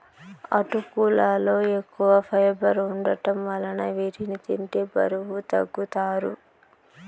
అటుకులలో ఎక్కువ ఫైబర్ వుండటం వలన వీటిని తింటే బరువు తగ్గుతారు